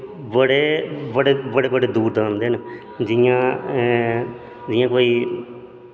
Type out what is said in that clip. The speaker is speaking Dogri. बड़े बड़े दूर दा आंदे न जि'यां जि'यां कोई